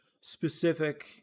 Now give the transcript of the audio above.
specific